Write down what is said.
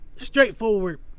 Straightforward